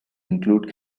include